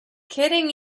kidding